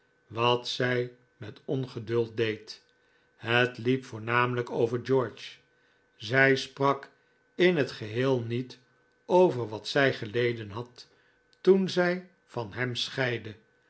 wat zij met ongeduld deed het liep voornamelijk over george zij sprak in het geheel niet over wat zij geleden had toen zij van hem scheidde